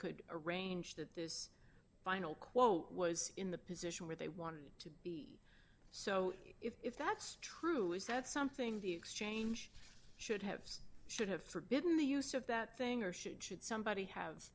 could arrange that this final quote was in the position where they wanted it to be so if that's true is that something the exchange should have should have forbidden the use of that thing or s